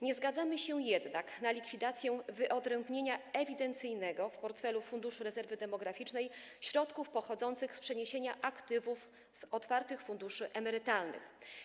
Nie zgadzamy się jednak na likwidację wyodrębnienia ewidencyjnego w portfelu Funduszu Rezerwy Demograficznej środków pochodzących z przeniesienia aktywów z otwartych funduszy emerytalnych.